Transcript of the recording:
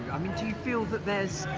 i mean do you feel that this